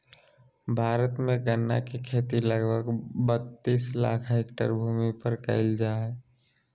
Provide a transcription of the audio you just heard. भारत में गन्ना के खेती लगभग बत्तीस लाख हैक्टर भूमि पर कइल जा हइ